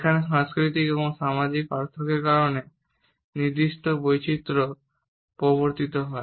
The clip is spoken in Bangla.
যেখানে সাংস্কৃতিক এবং সামাজিক পার্থক্যের কারণে নির্দিষ্ট বৈচিত্র্য প্রবর্তিত হয়